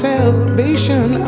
Salvation